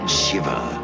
shiver